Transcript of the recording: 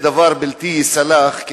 זה דבר בלתי נסלח.